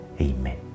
Amen